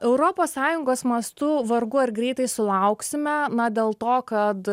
europos sąjungos mastu vargu ar greitai sulauksime na dėl to kad